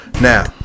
now